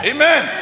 Amen